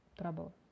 trouble